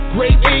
Great